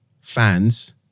fans